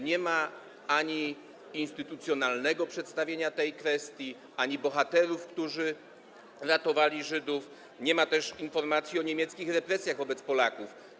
Nie ma instytucjonalnego przedstawienia tej kwestii ani bohaterów, którzy ratowali Żydów, nie ma też informacji o niemieckich represjach wobec Polaków.